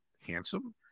handsome